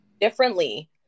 differently